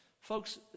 folks